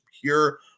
pure